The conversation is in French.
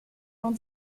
dans